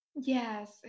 Yes